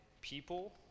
people